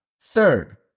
Third